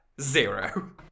zero